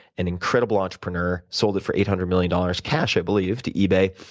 an incredible entrepreneur, sold it for eight hundred million dollars cash, i believe to ebay,